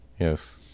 yes